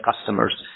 customers